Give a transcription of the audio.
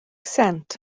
sent